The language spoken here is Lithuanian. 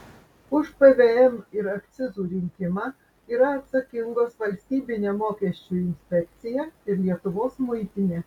už pvm ir akcizų rinkimą yra atsakingos valstybinė mokesčių inspekcija ir lietuvos muitinė